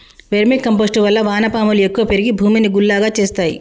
vermi compost వల్ల వాన పాములు ఎక్కువ పెరిగి భూమిని గుల్లగా చేస్తాయి